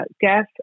gas